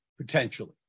potentially